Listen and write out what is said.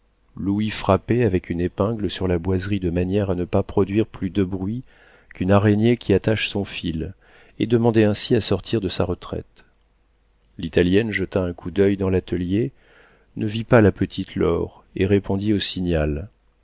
louis frappait avec une épingle sur la boiserie de manière à ne pas produire plus de bruit qu'une araignée qui attache son fil et demandait ainsi à sortir de sa retraite l'italienne jeta un coup d'oeil dans l'atelier ne vit pas la petite laure et répondit au signal